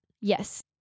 Yes